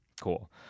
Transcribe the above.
Cool